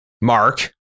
Mark